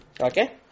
Okay